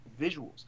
visuals